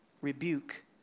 rebuke